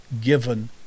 given